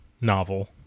novel